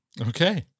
Okay